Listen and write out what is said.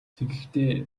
тэгэхдээ